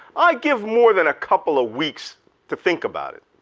i give more than a couple of weeks to think about it.